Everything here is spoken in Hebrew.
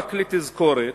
ורק לתזכורת,